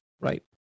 Right